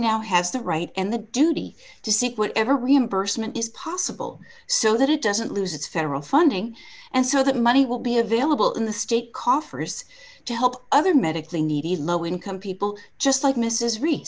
now has the right and the duty to seek whatever reimbursement is possible so that it doesn't lose its federal funding and so that money will be available in the state coffers to help other medically needy low income people just like m